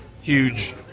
huge